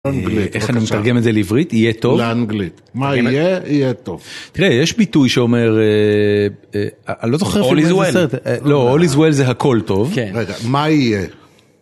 איך אני מתרגם את זה לעברית, יהיה טוב? לאנגלית. מה יהיה, יהיה טוב. תראה, יש ביטוי שאומר אה... אני לא זוכר אפילו... All is well. לא, All is well זה הכל טוב. כן, רגע, מה יהיה?